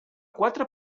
quatre